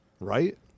right